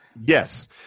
Yes